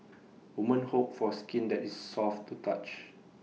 women hope for skin that is soft to touch